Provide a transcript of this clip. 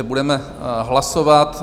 Budeme hlasovat.